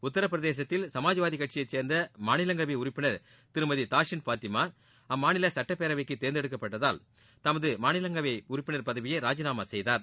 உத்தரபிரதேசத்தில் சமாஜ்வாதி கட்சியை சேர்ந்த மாநிலங்களவை உறுப்பினர் திருமதி தாஷின் பாத்திமா அம்மாநில சுட்டப்பேரவைக்கு தேர்ந்தெடுக்கப்பட்டதால் தமது மாநிலங்களவை உறுப்பினர் பதவியை ராஜினாமா செய்தார்